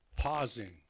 Pausing